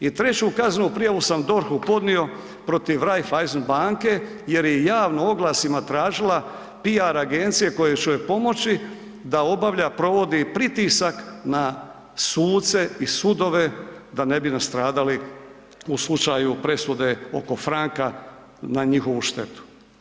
I treću kaznenu prijavu sam DORH-u podnio protiv Raiffeisen banke jer je javno oglasima tražila PR agencije koje će joj pomoći da obavlja i provodi pritisak na suce i sudove da ne bi nastradali u slučaju presude oko Franka na njihovu štetu.